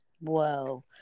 whoa